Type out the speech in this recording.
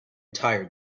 tired